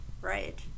right